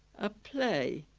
a play,